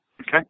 Okay